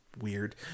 weird